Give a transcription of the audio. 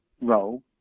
role